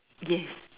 yes